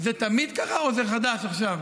זה תמיד ככה או זה חדש עכשיו?